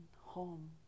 home